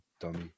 Dummy